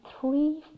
three